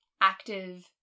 active